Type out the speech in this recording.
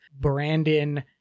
Brandon